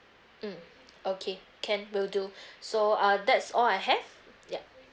mm okay can will do so uh that's all I have yup